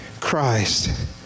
Christ